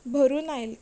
भरून आयलें